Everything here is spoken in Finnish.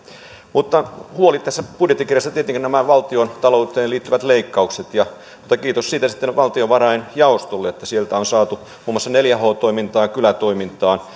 mutta huoli tässä budjettikirjassa ovat tietenkin nämä valtiontalouteen liittyvät leikkaukset ja kiitos siitä sitten valtiovarain jaostolle että sieltä on saatu muun muassa neljä h toimintaan kylätoimintaan